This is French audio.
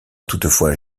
toutefois